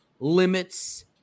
Limits